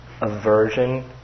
aversion